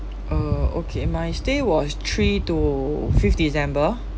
uh okay my stay was three to fifth december